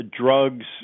drugs